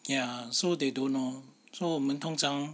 ya so they don't lor so 我们通常